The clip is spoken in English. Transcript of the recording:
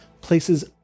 places